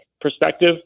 perspective